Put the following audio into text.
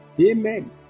Amen